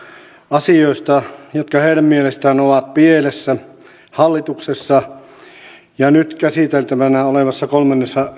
asioista jotka heidän mielestään ovat pielessä hallituksessa ja nyt käsiteltävänä olevassa kolmannessa